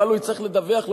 אבל הוא צריך לדווח,